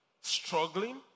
struggling